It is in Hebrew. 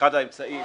שאחד האמצעים